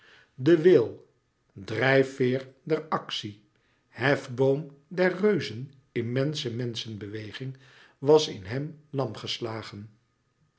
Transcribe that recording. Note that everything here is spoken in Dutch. de wil drijfveer der actie hefboom der reuzenimmense menschenbeweging was in hem lam geslagen